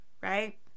right